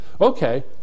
Okay